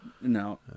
No